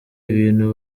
ibintu